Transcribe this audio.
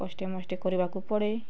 କଷ୍ଟେମଷ୍ଟେ କରିବାକୁ ପଡ଼େ